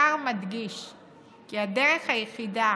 השר מדגיש כי הדרך היחידה